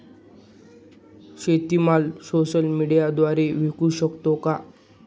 शेतीमाल सोशल मीडियाद्वारे विकू शकतो का?